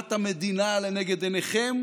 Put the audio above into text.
טובת המדינה לנגד עיניכם,